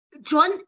John